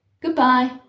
Goodbye